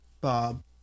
Bob